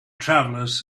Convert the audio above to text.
travelers